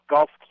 Golf